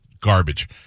garbage